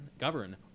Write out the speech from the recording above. govern